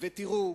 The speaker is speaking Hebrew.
ותראו,